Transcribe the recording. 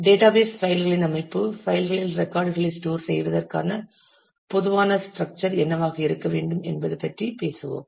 database பைல்களின் அமைப்பு file களில் ரெக்கார்ட் களை ஸ்டோர் செய்வதற்கான பொதுவான ஸ்ட்ரக்சர் என்னவாக இருக்க வேண்டும் என்பது பற்றி பேசுவோம்